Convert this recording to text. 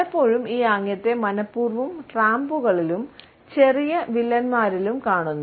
പലപ്പോഴും ഈ ആംഗ്യത്തെ മനപൂർവ്വം ട്രാംപുകളിലും ചെറിയ വില്ലന്മാരിലും കാണുന്നു